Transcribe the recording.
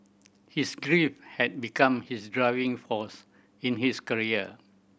his grief had become his driving force in his career